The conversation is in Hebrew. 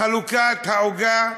חלוקת העוגה,